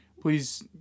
Please